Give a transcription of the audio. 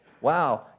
wow